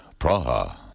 Praha